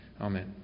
Amen